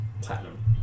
platinum